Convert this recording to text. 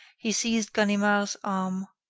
he seized ganimard's arm.